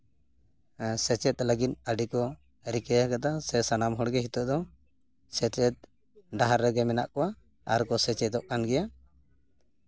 ᱥᱮᱪᱮᱫ ᱞᱟᱹᱜᱤᱫ ᱟᱹᱰᱤᱠᱚ ᱨᱤᱠᱟᱹ ᱟᱠᱟᱫᱟ ᱥᱮ ᱥᱟᱱᱟᱢ ᱦᱚᱲᱜᱮ ᱱᱤᱛᱚᱜ ᱫᱚ ᱥᱮᱪᱮᱫ ᱰᱟᱦᱟᱨ ᱨᱮᱜᱮ ᱢᱮᱱᱟᱜ ᱠᱚᱣᱟ ᱟᱨᱠᱚ ᱥᱮᱪᱮᱫᱚᱜ ᱠᱟᱱ ᱜᱮᱭᱟ